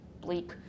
bleak